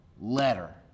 letter